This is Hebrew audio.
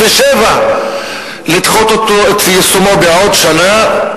לדחות את יישומו בעוד שנה.